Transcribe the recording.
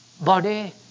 body